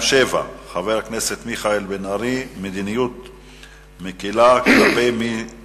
חבר הכנסת רוברט טיבייב שאל את השר לביטחון פנים ביום כ"ד באדר התש"ע